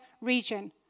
region